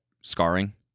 scarring